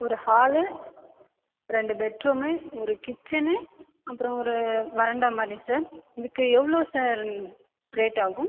ஒரு ஹாலு ரெண்டு bed room ஒரு கிச்சனு அப்புறம் ஒரு வராண்டா மாதிரி சார் இதுக்கு எவ்வளோ சார் ரேட் ஆகும்